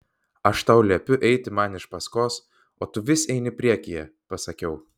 aš tau liepiu eiti man iš paskos o tu vis eini priekyje pasakiau